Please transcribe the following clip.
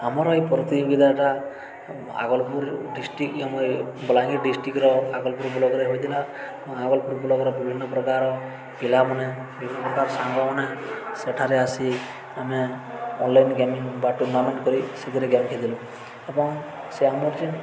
ଆମର ଏହି ପ୍ରତିଯୋଗିତାଟା ଆଗଲ୍ପୁର୍ ଡିଷ୍ଟିକ୍ ଆମ ଏ ବଲାଙ୍ଗୀର୍ ଡିଷ୍ଟ୍ରିକ୍ର ଆଗଲ୍ପୁର୍ ବ୍ଲକ୍ରେ ହୋଇଥିଲା ଆଗଲ୍ପୁର୍ ବ୍ଲକ୍ର ବିଭିନ୍ନପ୍ରକାର ପିଲାମାନେ ବିଭିନ୍ନପ୍ରକାର ସାଙ୍ଗମାନେ ସେଠାରେ ଆସି ଆମେ ଅନ୍ଲାଇନ୍ ଗେମିଂ ବା ଟୁର୍ଣ୍ଣାମେଣ୍ଟ୍ କରି ସେଥିରେ ଗେମ୍ ଖେଳିଥିଲୁ ଏବଂ ସେ ଆମର ଯେନ୍